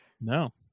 No